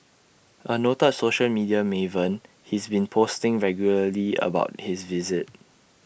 A noted social media maven he's been posting regularly about his visit